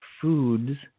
foods